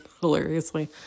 hilariously